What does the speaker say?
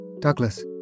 Douglas